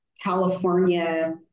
California